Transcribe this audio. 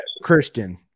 Christian